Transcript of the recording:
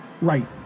Right